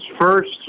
first